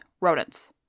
rodents